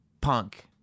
Punk